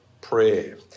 prayer